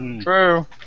True